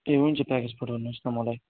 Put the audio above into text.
ए हुन्छ प्याकेज पठाउनुहोस् न मलाई